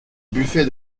buffet